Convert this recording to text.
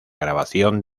grabación